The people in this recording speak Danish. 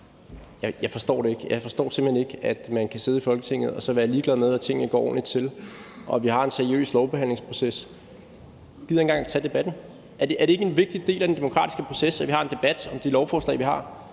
Jeg forstår det ikke. Jeg forstår simpelt hen ikke, at man kan sidde i Folketinget og være ligeglad med, om tingene går ordentligt til, og om vi har en seriøs lovbehandlingsproces. Man gider ikke engang at tage debatten. Er det ikke en vigtig del af den demokratiske proces, at vi har en debat om de lovforslag, vi har,